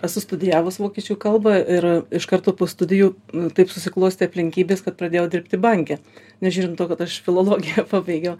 esu studijavus vokiečių kalbą ir iš karto po studijų taip susiklostė aplinkybės kad pradėjau dirbti banke nežiūrint to kad aš filologiją pabaigiau